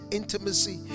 intimacy